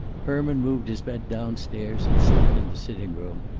herman moved his bed down-stairs and slept in the sitting-room,